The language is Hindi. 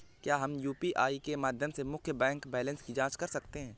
क्या हम यू.पी.आई के माध्यम से मुख्य बैंक बैलेंस की जाँच कर सकते हैं?